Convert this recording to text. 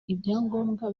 ibyangombwa